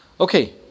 Okay